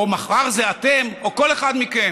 או מחר זה אתם או כל אחד מכם.